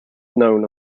known